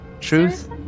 Truth